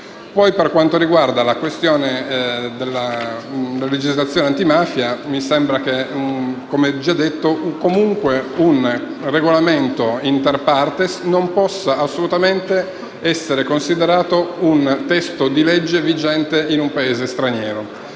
Per quanto riguarda la questione della legislazione antimafia, mi sembra che, come già detto, un regolamento *inter partes* non possa assolutamente essere considerato un testo di legge vigente in un Paese straniero.